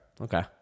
Okay